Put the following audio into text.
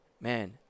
man